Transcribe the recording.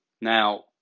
Now